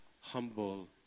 humble